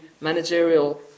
managerial